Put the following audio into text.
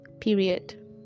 Period